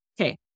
Okay